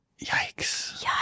Yikes